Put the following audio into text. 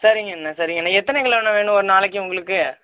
சரிங்கண்ணா சரிங்கண்ணா எத்தனை கிலோண்ணா வேணும் ஒரு நாளைக்கு உங்களுக்கு